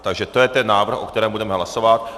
Takže to je návrh, o kterém budeme hlasovat.